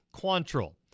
Quantrill